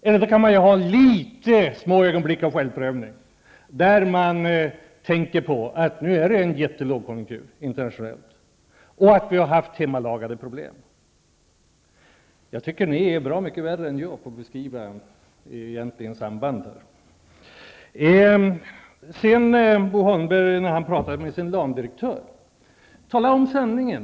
Man kan ju ha några små ögonblick av självprövning, då man tänker på att det är en enorm lågkonjunktur internationellt och att vi har haft hemmalagade problem. Jag tycker att socialdemokraterna är bra mycket värre än jag på att beskriva samband. Bo Holmberg har pratat med LAM-direktören i sitt län. Men säg sanningen!